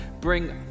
bring